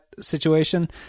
situation